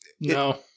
No